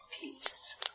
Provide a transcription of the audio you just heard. peace